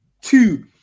two